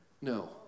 No